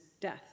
death